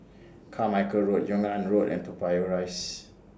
Carmichael Road Yung An Road and Toa Payoh Rise